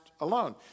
alone